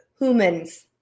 humans